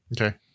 Okay